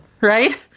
Right